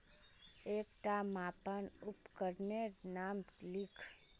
एकटा मापन उपकरनेर नाम लिख?